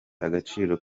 agaciro